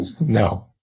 No